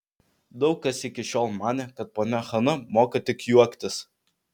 daug kas iki šiol manė kad ponia hana moka tik juoktis